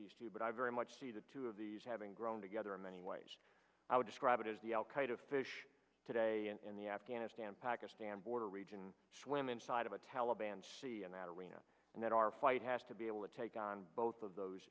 but i very much see the two of these having grown together in many ways i would describe it as the al qaeda fish today in the afghanistan pakistan border region swim inside of a taliban sea and that arena and that our fight has to be able to take on both of those